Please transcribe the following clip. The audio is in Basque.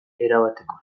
erabatekora